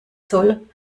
zoll